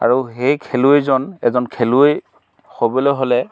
আৰু সেই খেলুৱৈজন এজন খেলুৱৈ হ'বলৈ হ'লে